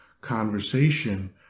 conversation